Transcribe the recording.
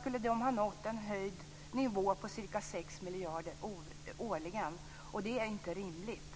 skulle de ha nått en nivå av ca 6 miljarder årligen, och det är inte rimligt.